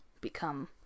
become